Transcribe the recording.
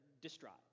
distraught